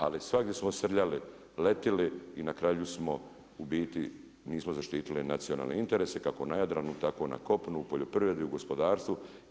Ali svagdje smo srljali, letjeli i na kraju smo u biti nismo zaštitili nacionalne interese kako na Jadranu tako na kopnu, u poljoprivredi, u gospodarstvu.